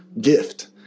gift